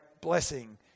blessing